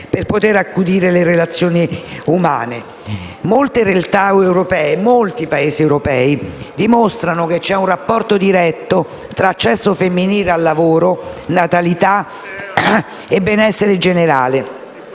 per poter accudire le relazioni umane. Molte realtà europee dimostrano che c'è un rapporto diretto tra accesso femminile al lavoro, natalità e benessere generale.